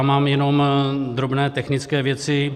Mám jenom drobné technické věci.